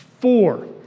Four